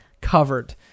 covered